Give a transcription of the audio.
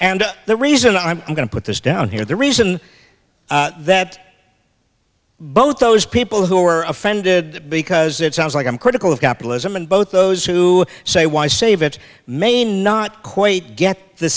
and the reason i'm going to put this down here the reason that both those people who are offended because it sounds like i'm critical of capitalism and both those who say why save it may not quite get the